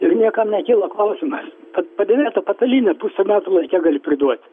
ir niekam nekyla klausimas kad padėvėtą patalynę pusę metų laike gali priduot